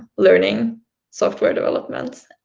learning software development.